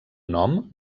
nom